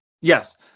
yes